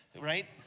right